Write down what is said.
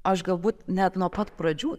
aš galbūt net nuo pat pradžių